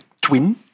twin